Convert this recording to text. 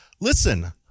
listen